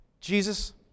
Jesus